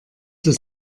dass